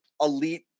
elite